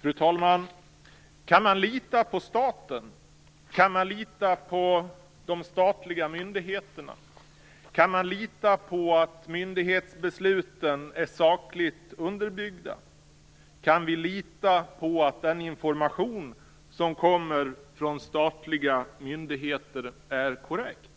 Fru talman! Kan man lita på staten? Kan man lita på de statliga myndigheterna? Kan man lita på att myndighetsbesluten är sakligt underbyggda? Kan vi lita på att den information som kommer från statliga myndigheter är korrekt?